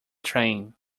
train